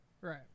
Right